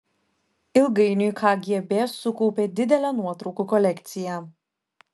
ilgainiui kgb sukaupė didelę nuotraukų kolekciją